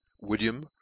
William